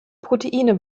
proteine